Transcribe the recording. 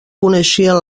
coneixien